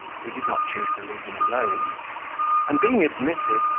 who did not choose to leave him alone and being admitted,